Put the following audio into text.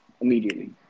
immediately